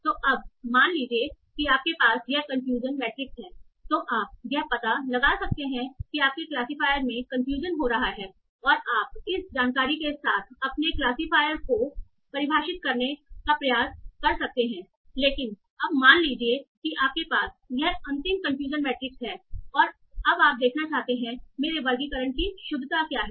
तो अब मान लीजिए कि आपके पास यह कन्फ्यूजन मैट्रिक्स है तो आप यह पता लगा सकते हैं कि आपके क्लासिफायर में कन्फ्यूजन हो रहा है और आप इस जानकारी के साथ अपने क्लासिफायर को परिभाषित करने का प्रयास कर सकते हैं लेकिन अब मान लीजिए कि आपके पास यह अंतिम कन्फ्यूजन मैट्रिक्स है और आप अब देखना चाहते हैं मेरे वर्गीकरण की शुद्धता क्या है